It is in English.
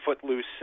Footloose